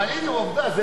אבל הנה, עובדה.